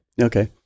Okay